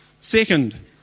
second